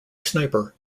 sniper